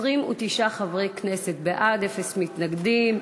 29 חברי כנסת בעד, אפס מתנגדים.